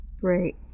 Great